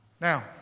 Now